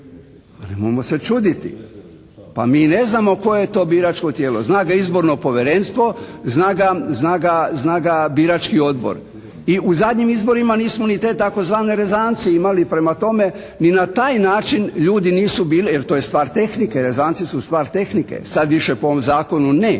nemojmo se čuditi, pa mi ne znamo koje je to biračko tijelo. Zna ga Izborno povjerenstvo, zna ga Birački odbor. I u zadnjim izborima nismo ni te tzv. rezance imali. Prema tome, ni na taj način ljudi nisu bili, jer to je stvar tehnike, rezanci su stvar tehnike. Sad više po ovom zakonu ne,